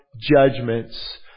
judgments